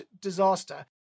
disaster